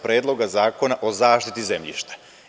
Predloga zakona o zaštiti zemljišta.